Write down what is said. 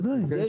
ודאי.